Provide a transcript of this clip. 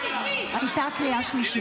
קריאה שלישית.